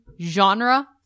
genre